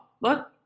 look